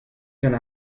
gant